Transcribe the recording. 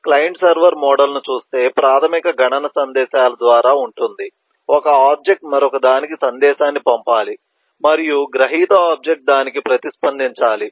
client server మోడల్ను చూస్తే ప్రాథమిక గణన సందేశాల ద్వారా ఉంటుంది ఒక ఆబ్జెక్ట్ మరొకదానికి సందేశాన్ని పంపాలి మరియు గ్రహీత ఆబ్జెక్ట్ దానికి ప్రతిస్పందించాలి